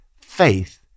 Faith